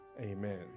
amen